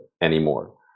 anymore